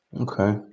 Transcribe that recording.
Okay